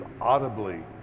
audibly